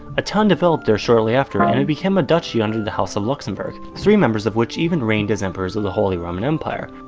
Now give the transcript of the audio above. a town developed there shortly after, and it became a duchy under the house of luxembourg, three members of which even reigned as emperors of the holy roman empire.